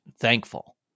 thankful